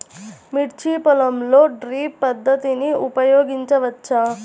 మిర్చి పొలంలో డ్రిప్ పద్ధతిని ఉపయోగించవచ్చా?